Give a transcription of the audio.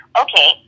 okay